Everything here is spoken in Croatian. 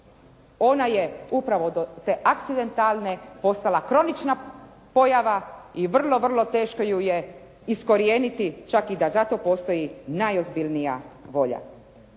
ona je upravo od te akcedetalne postala kronična pojava i vrlo, vrlo teško ju je iskorijeniti čak i da za to postoji najozbiljnija volja.